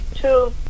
two